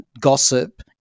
gossip